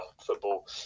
football